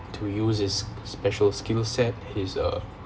to use his special skill set his uh